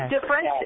different